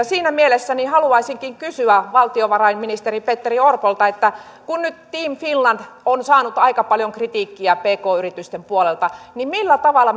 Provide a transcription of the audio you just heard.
siinä mielessä haluaisinkin kysyä valtiovarainministeri petteri orpolta kun nyt team finland on saanut aika paljon kritiikkiä pk yritysten puolelta millä tavalla